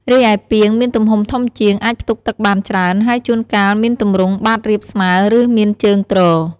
រីឯ ពាង មានទំហំធំជាង អាចផ្ទុកទឹកបានច្រើន ហើយជួនកាលមានទម្រង់បាតរាបស្មើ ឬមានជើងទ្រ។